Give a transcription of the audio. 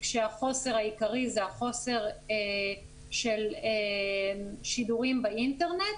כשהחוסר העיקרי זה החוסר של שידורים באינטרנט,